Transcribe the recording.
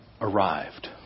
arrived